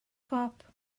cop